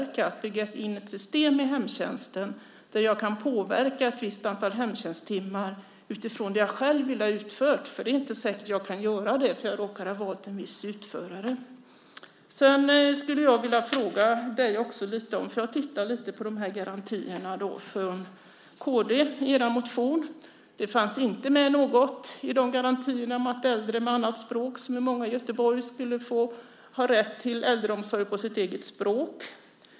Det handlar om att bygga in ett system i hemtjänsten där jag kan påverka ett visst antal hemtjänsttimmar utifrån det jag själv vill ha utfört. Det är inte säkert att jag kan göra det om jag råkar ha valt en viss utförare. Jag skulle vilja ställa några frågor till dig. Jag har tittat lite på förslagen till garantier i kd:s motion. Det fanns inte med något i de garantierna om att äldre med annat språk, som är många i Göteborg, skulle få ha rätt till äldreomsorg på sitt eget språk.